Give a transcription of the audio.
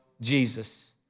Jesus